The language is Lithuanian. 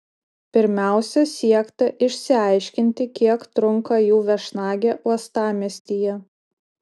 pirmiausia siekta išsiaiškinti kiek trunka jų viešnagė uostamiestyje